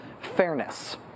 fairness